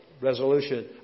resolution